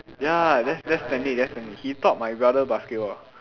ya that's that's Stanley that's Stanley he taught my brother basketball